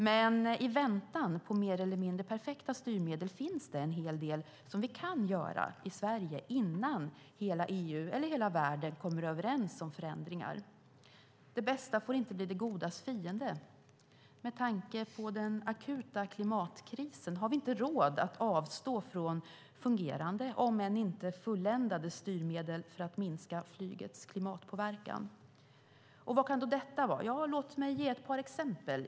Men i väntan på mer eller mindre perfekta styrmedel finns det en hel del vi kan göra i Sverige innan hela EU eller hela världen kommer överens om förändringar. Det bästa får inte bli det godas fiende. Med tanke på den akuta klimatkrisen har vi inte råd att avstå från fungerande om än inte fulländade styrmedel för att minska flygets klimatpåverkan. Vad kan då detta vara? Låt mig ge ett par exempel.